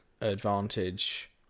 advantage